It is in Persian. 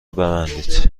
ببندید